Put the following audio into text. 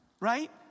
right